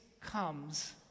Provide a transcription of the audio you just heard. comes